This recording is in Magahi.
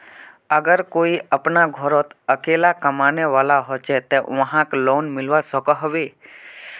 अगर कोई अपना घोरोत अकेला कमाने वाला होचे ते वाहक लोन मिलवा सकोहो होबे?